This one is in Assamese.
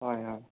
হয় হয়